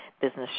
business